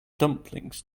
dumplings